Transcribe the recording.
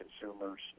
consumers